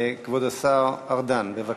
כבוד השר ארדן, בבקשה.